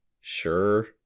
Sure